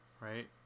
Right